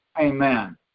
Amen